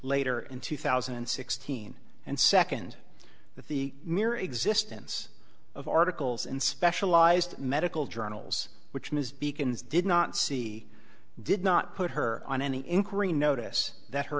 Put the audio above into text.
later in two thousand and sixteen and second that the mere existence of articles in specialized medical journals which ms beacon's did not see did not put her on any inquiry notice that her